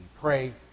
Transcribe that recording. pray